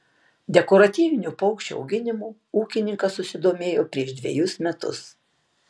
dekoratyvinių paukščių auginimu ūkininkas susidomėjo prieš dvejus metus